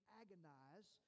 agonize